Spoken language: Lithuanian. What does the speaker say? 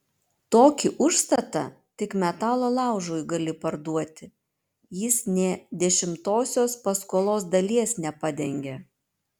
tokį užstatą tik metalo laužui gali parduoti jis nė dešimtosios paskolos dalies nepadengia